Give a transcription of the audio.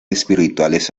espirituales